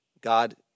God